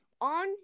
on